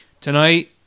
Tonight